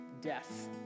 death